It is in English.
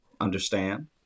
Understand